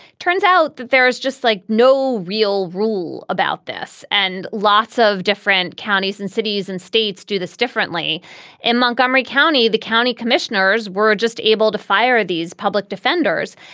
turns out that there is just like no real rule about this. and lots of different counties and cities and states do this differently in montgomery county. the county commissioners were just able to fire these public defenders.